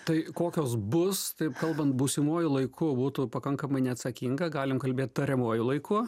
tai kokios bus taip kalbant būsimuoju laiku būtų pakankamai neatsakinga galim kalbėt tariamuoju laiku